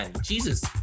Jesus